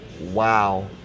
Wow